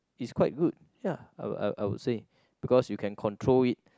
it's quite good ya I I I would say because you can control it